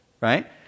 right